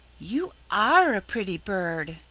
you are a pretty bird!